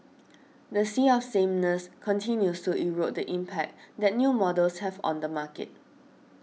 the sea of sameness continues to erode the impact that new models have on the market